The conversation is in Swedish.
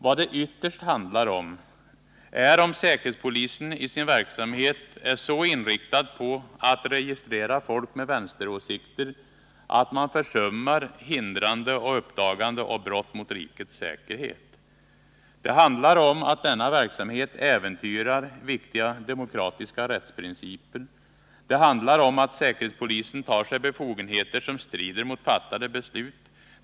Vad det ytterst handlar om är om säkerhetspolisen i sin verksamhet är så inriktad på att registrera folk med vänsteråsikter att man försummar ”hindrande och uppdagande av brott mot rikets säkerhet”. Det handlar om att denna verksamhet äventyrar viktiga demokratiska rättsprinciper. Det handlar om att säkerhetspolisen tar sig befogenheter som strider mot fattade beslut.